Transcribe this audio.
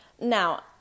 Now